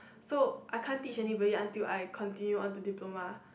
so I can't teach anybody until I continue on to diploma